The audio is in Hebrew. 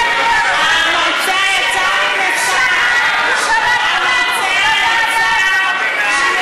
המרצע יצא מן השק, המרצע יצא מן השק.